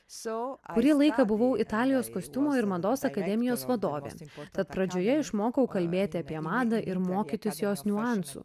kuri laiką buvau italijos kostiumų ir mados akademijos vadovė tad pradžioje išmokau kalbėti apie madą ir mokytis jos niuansų